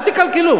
אל תקלקלו.